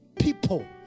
people